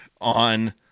on